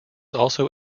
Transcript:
also